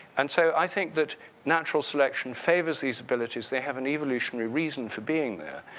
and so i think that natural selection favors these abilities, they have an evolutionary reason for being there.